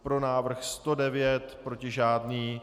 Pro návrh 109, proti žádný.